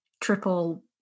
triple